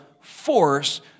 force